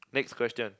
next question